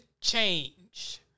change